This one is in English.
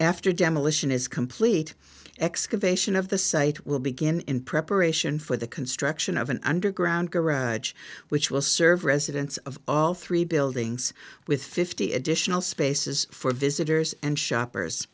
after demolition is complete excavation of the site will begin in preparation for the construction of an underground garage which will serve residents of all three buildings with fifty additional spaces for visitors and shoppers